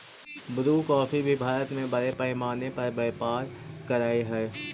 Bru coffee भी भारत में बड़े पैमाने पर व्यापार करअ हई